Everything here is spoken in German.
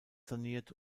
saniert